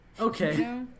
Okay